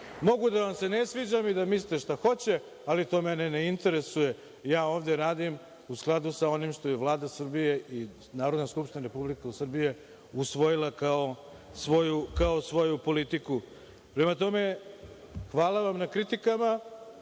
da vam se ne sviđam i da mislite šta hoćete, ali to mene ne interesuje, ja ovde radim u skladu sa onim što je Vlada Srbije i Narodna skupština Republike Srbije usvojila kao svoju politiku. Prema tome, hvala vam na kritikama.